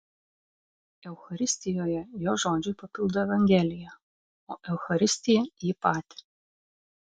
eucharistijoje jo žodžiai papildo evangeliją o eucharistija jį patį